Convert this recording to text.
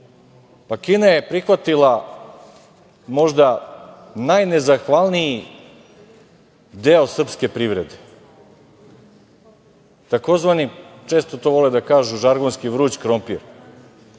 Pa, Kina je prihvatila, možda najnezahvalniji deo srpske privrede, takozvani, često to vole da kažu, žargonski, vruć krompir